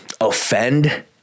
offend